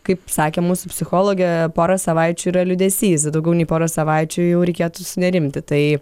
kaip sakė mūsų psichologė porą savaičių yra liūdesys daugiau nei porą savaičių jau reikėtų sunerimti tai